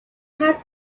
had